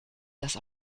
das